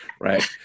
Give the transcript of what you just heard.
Right